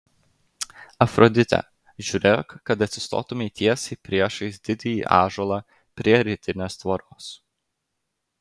afrodite žiūrėk kad atsistotumei tiesiai priešais didįjį ąžuolą prie rytinės tvoros